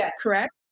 correct